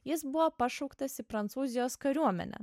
jis buvo pašauktas į prancūzijos kariuomenę